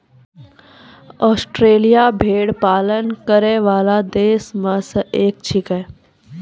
Australia भेड़ पालन करै वाला देश म सें एक छिकै